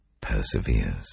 perseveres